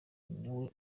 niwe